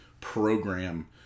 program